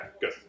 Good